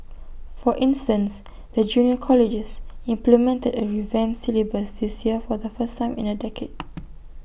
for instance the junior colleges implemented A revamped syllabus this year for the first time in A decade